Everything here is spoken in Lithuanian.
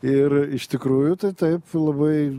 ir iš tikrųjų tai taip labai